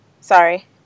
Sorry